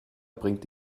bringt